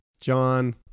john